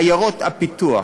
עיירות הפיתוח,